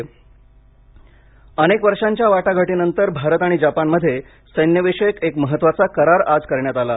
Bharat Japan करार अनेक वर्षांच्या वाटाघाटीनंतर भारत आणि जपानमध्ये सैन्याविषयक एक महत्त्वाचा करार आज करण्यात आला